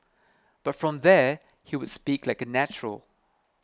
but from there he would speak like a natural